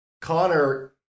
Connor